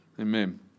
Amen